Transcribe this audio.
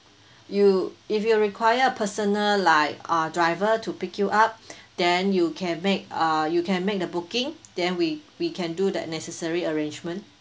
you if you will require a personal like uh driver to pick you up then you can make uh you can make the booking then we we can do the necessary arrangement